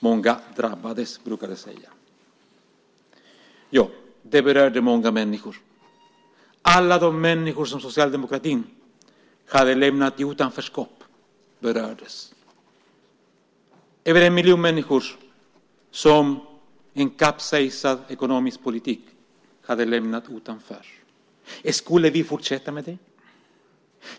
Många drabbades, brukar det sägas. Ja, det berörde många människor. Alla de människor som socialdemokratin hade lämnat i utanförskap berördes, över en miljon människor som en kapsejsad ekonomisk politik hade lämnat utanför. Skulle vi fortsätta med det?